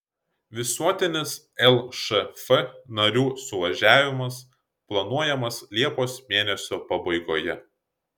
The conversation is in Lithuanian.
visuotinis lšf narių suvažiavimas planuojamas liepos mėnesio pabaigoje